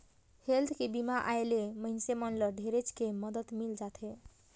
health के बीमा आय ले मइनसे मन ल ढेरेच के मदद मिल जाथे